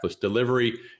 delivery